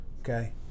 Okay